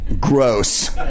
gross